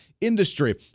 industry